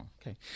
Okay